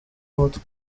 umutwe